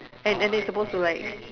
and and it's supposed to like